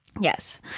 yes